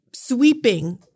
sweeping